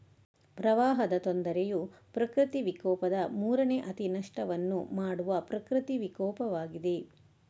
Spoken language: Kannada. ಪ್ರವಾಹದ ತೊಂದರೆಯು ಪ್ರಕೃತಿ ವಿಕೋಪದ ಮೂರನೇ ಅತಿ ನಷ್ಟವನ್ನು ಮಾಡುವ ಪ್ರಕೃತಿ ವಿಕೋಪವಾಗಿದೆ